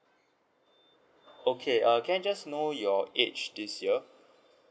okay err can I just know your age this year